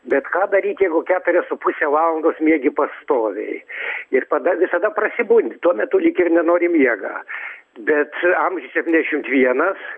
bet ką daryti jeigu keturias su puse valandos miegi pastoviai ir tada visada prasibundi tuo metu lyg ir nenori miegą bet amžiui septyniasdešimt vienas